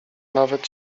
nawet